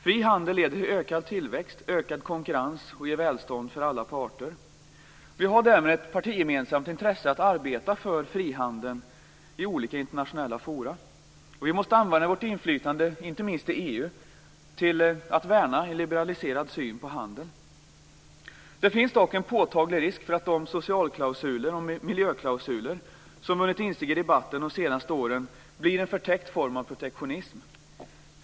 Fri handel leder till ökad tillväxt, ökad konkurrens och ger välstånd till alla parter. Vi har därmed ett partigemensamt intresse av att arbeta för frihandeln i olika internationella forum. Vi måste använda vårt inflytande, inte minst i EU, till att värna en liberaliserad syn på handel. Det finns dock en påtaglig risk för att de socialklausuler och miljöklausuler som under de senaste åren har vunnit insteg i debatten blir en förtäckt form av protektionism.